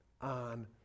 on